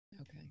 okay